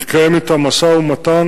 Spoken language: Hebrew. התקיים אתם משא-ומתן